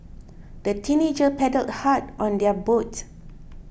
the teenagers paddled hard on their boat